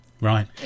Right